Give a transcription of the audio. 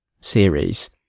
series